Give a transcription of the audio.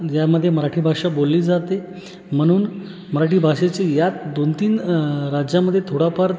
ज्यामध्ये मराठी भाषा बोलली जाते म्हणून मराठी भाषेची या दोनतीन राज्यामधे थोडाफार